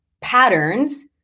patterns